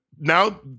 now